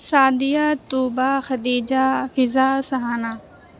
Sadia Tuba Khadija Fiza Suhana